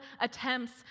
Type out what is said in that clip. attempts